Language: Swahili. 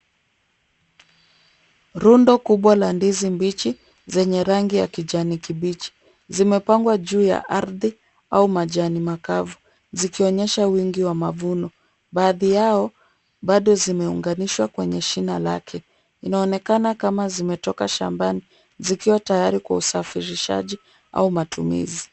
Rundo kubwa la ndizi mbichi zenye rangi ya kijani kibichi. Zimepangwa juu ya ardhi au majani makavu zikionyesha wingi wa mavuno. Baadhi yao bado zimeunganishwa kwenye shina lake. Inaonekana kama zimetoka shambani zikiwa tayari kwa usafirishaji au matumizi.